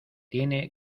tiene